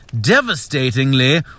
Devastatingly